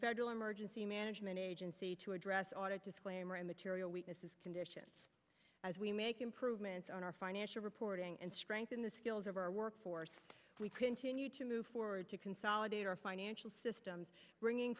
federal emergency management agency to address audit disclaimer and material weaknesses condition as we make improvements on our financial reporting and strengthen the skills of our workforce we continue to move forward to consolidate our financial systems bringing